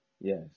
Yes